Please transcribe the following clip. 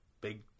Big